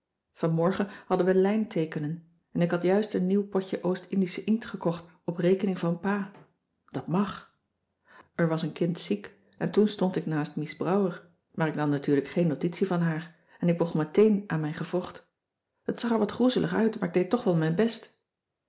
vanmorgen hadden we lijnteekenen en ik had juist een nieuw potje oost-indische inkt gekocht op rekening van pa dat mag er was een kind ziek en toen stond ik naast mies brouwer maar ik nam natuurlijk geen notitie van haar en ik begon meteen aan mijn gewrocht het zag er wat groezelig uit maar ik deed toch wel mijn best